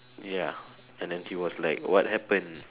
ya and then he was like what happen